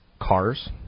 cars